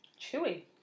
Chewy